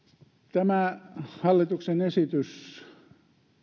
tämä hallituksen esitys